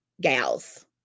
Gals